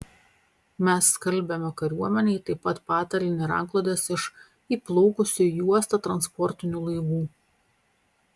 mes skalbiame kariuomenei taip pat patalynę ir antklodes iš įplaukusių į uostą transportinių laivų